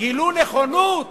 גילו נכונות